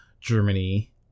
Germany